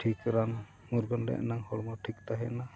ᱴᱷᱤᱠ ᱨᱟᱱ ᱢᱩᱨᱜᱟᱹᱱ ᱞᱮ ᱮᱱᱟᱝ ᱦᱚᱲᱢᱚ ᱴᱷᱤᱠ ᱛᱟᱦᱮᱱᱟ